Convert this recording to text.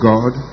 God